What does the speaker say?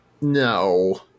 No